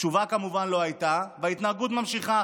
תשובה כמובן לא הייתה, והתנהגות ממשיכה.